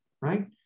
right